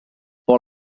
por